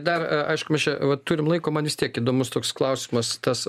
dar aišku mes čia va turim laiko man vis tiek įdomus toks klausimas tas